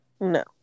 no